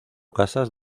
casas